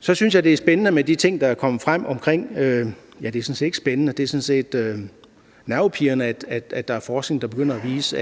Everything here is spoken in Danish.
Det er sådan set nervepirrende, at der er forskning, der begynder at vise,